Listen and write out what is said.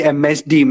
msd